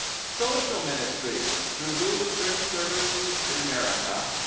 social ministries through lutheran services in america,